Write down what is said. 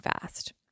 fast